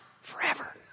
forever